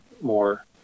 more